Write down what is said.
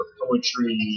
poetry